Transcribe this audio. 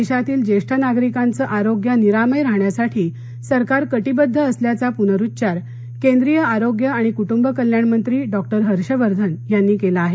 देशातील ज्येष्ठ नागरिकांचं आरोग्य निरामय राहण्यासाठी सरकार कटिबद्ध असल्याचा पुनरुच्चार केंद्रीय आरोग्य आणि कुटुंब कल्याण मंत्री डॉक्टर हर्षवर्धन यांनी केला आहे